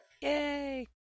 Yay